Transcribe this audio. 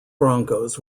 broncos